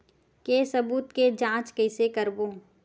के सबूत के जांच कइसे करबो?